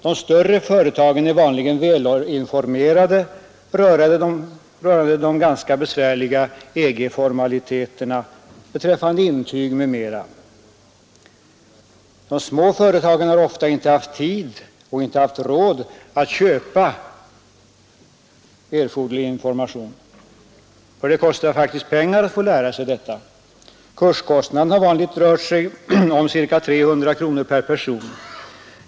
De större företagen är vanligen väl informerade om de ganska besvärliga EG-formaliteterna när det gäller intyg m.m., medan de små företagen ofta inte har tid och råd att köpa erforderlig information. Det kostar faktiskt pengar att lära sig detta — kurskostnaderna rör sig vanligtvis om ca 300 kronor per person.